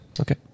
Okay